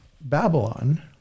Babylon